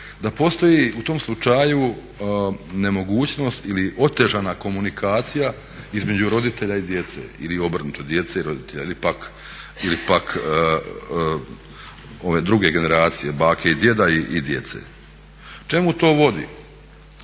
da postoji u tom slučaju nemogućnost ili otežana komunikacija između roditelja i djece, ili obrnuto djece i roditelja, ili pak ove druge generacije bake i djeda i djece. Čemu to vodi,